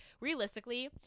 realistically